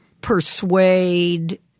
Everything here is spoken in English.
persuade